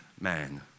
man